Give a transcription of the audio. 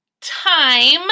time